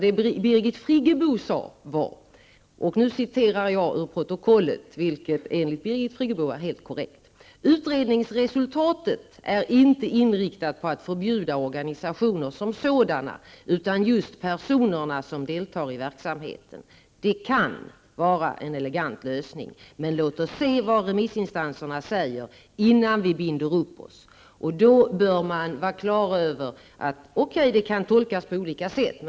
Det Birgit Friggebo sade var -- och nu citerar jag ur protokollet, vilket enligt Birgit Friggebo är helt korrekt: ''Utredningsresultatet är inte inriktat på att förbjuda organisationer som sådana utan just personerna som deltar i verksamheten. Det kan vara en elegant lösning. Men låt oss se vad remissinstanserna säger innan vi binder upp oss.'' Detta kan tolkas på olika sätt.